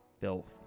filth